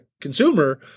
consumer